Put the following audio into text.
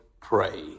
pray